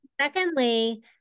Secondly